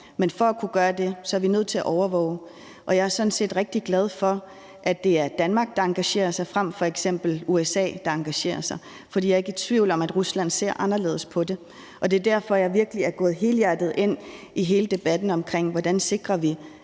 Men for at kunne gøre det er vi nødt til at overvåge. Jeg er sådan set rigtig glad for, at det er Danmark, der engagerer sig, frem for at det f.eks. er USA, der engagerer sig, for jeg er ikke i tvivl om, at Rusland ser anderledes på det. Det er derfor, jeg virkelig er gået helhjertet ind i hele debatten om, hvordan vi sikrer,